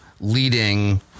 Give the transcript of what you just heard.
leading